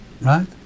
right